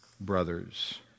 brothers